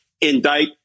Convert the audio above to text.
indict